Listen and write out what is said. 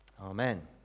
Amen